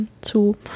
zu